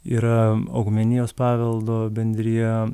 yra augmenijos paveldo bendrija